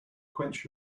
quench